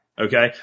Okay